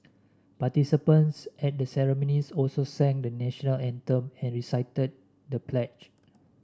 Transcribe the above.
participants at the ceremonies also sang the National Anthem and recited the pledge